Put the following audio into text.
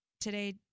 today